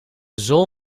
zool